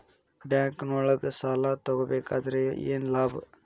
ಬ್ಯಾಂಕ್ನೊಳಗ್ ಸಾಲ ತಗೊಬೇಕಾದ್ರೆ ಏನ್ ಲಾಭ?